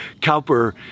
Cowper